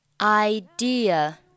Idea